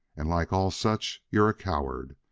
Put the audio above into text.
and, like all such, you're a coward.